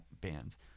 bands